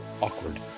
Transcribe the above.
Awkward